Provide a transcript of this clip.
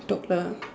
doctor